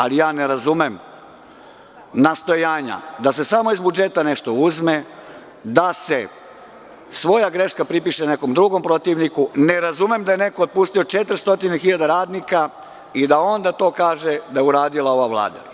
Ali, ja ne razumem nastojanja da se samo iz budžeta nešto uzme, da se svoja greška pripiše nekom drugom protivniku, ne razumem da je neko otpustio 400 hiljada radnika i da onda kaže da je to uradila ova Vlada.